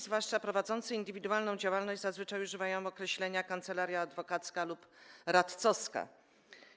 Zwłaszcza ci prowadzący indywidualną działalność zazwyczaj używają określenia: kancelaria adwokacka lub radcowska.